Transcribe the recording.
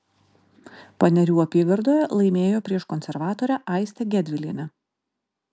panerių apygardoje laimėjo prieš konservatorę aistę gedvilienę